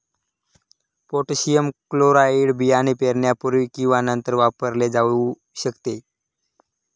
potassium chloride बियाणे पेरण्यापूर्वी किंवा नंतर वापरले जाऊ शकते